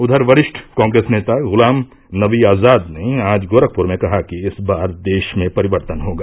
उधर वरिष्ठ कॉग्रेस नेता गुलाम नवी आजाद ने आज गोरखपुर में कहा कि इस बार देश में परिवर्तन होगा